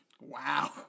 Wow